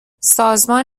سازمان